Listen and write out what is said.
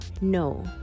no